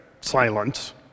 silence